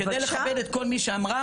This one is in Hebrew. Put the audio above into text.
כדי לכבד את כל מי שאמרה,